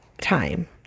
time